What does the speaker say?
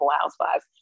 Housewives